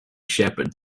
shepherd